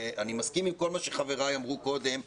אני מסכים עם כל מה שחבריי אמרו קודם.